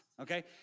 okay